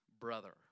brother